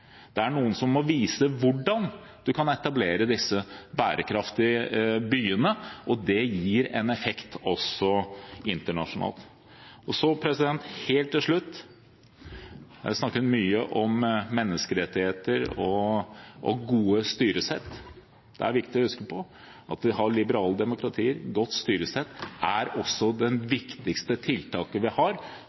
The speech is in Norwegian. Noen må vise hvordan man kan etablere disse bærekraftige byene, og det gir en effekt også internasjonalt. Helt til slutt: Det er snakket mye om menneskerettigheter og gode styresett. Det er viktig å huske på at liberaldemokratier, godt styresett, er det viktigste tiltaket vi har